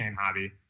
hobby